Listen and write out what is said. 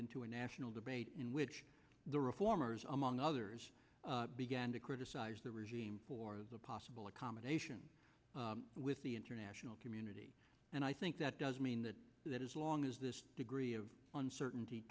into a national debate in which the reformers among others began to criticize the regime for the possible accommodation with the international community and i think that does mean that that is long as the degree of uncertainty